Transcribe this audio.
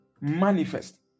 manifest